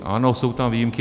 Ano, jsou tam výjimky.